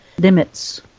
limits